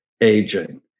aging